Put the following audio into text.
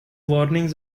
warnings